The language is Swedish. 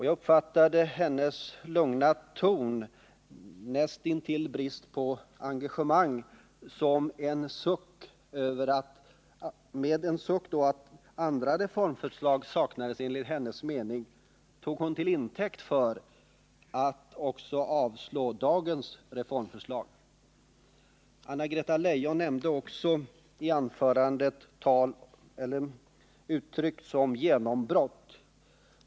Jag uppfattade hennes lugna ton som näst intill brist på engagemang, och med en suck över att andra reformförslag enligt hennes mening saknades tog hon detta till intäkt för att också avslå dagens reformförslag. Anna-Greta Leijon använde i sitt anförande uttryck som ”genombrott”.